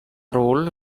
ról